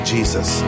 Jesus